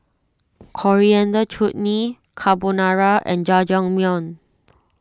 Coriander Chutney Carbonara and Jajangmyeon